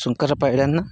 Sunkara Paidanna